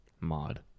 mod